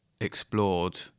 explored